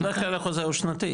בדרך כלל חוזה הוא שנתי,